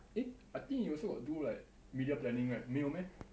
eh I think you also got do like media planning right 没有 meh